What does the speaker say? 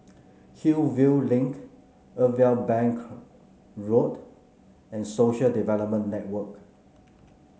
Hillview Link Irwell Bank Road and Social Development Network